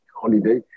holiday